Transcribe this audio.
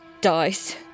dies